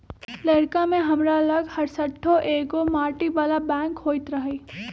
लइरका में हमरा लग हरशठ्ठो एगो माटी बला बैंक होइत रहइ